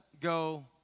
go